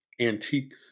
antique